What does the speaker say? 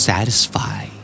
Satisfy